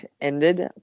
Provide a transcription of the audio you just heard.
ended